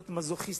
להיות מזוכיסטים,